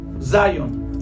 Zion